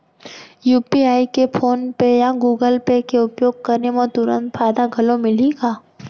UPI के PhonePe या Google Pay के उपयोग करे म तुरंत फायदा घलो मिलही का?